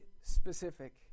specific